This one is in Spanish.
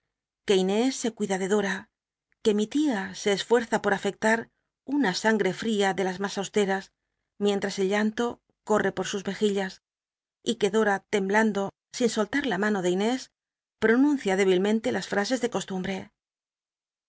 que inés se cuida de dora que mi tia se esfuerza por afectar una sangre fl'ia de las mas austeras mienll'as el llanto corre por sus mejillas y que dora temblando sin soltar la mano de inés lll'onuncia débilmen te las ftase de costumbre